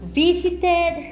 visited